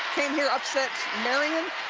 came here, upset marion